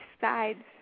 sides